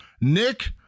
Nick